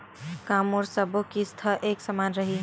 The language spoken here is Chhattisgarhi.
का मोर सबो किस्त ह एक समान रहि?